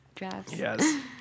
Yes